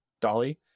Dolly